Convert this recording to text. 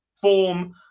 form